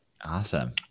Awesome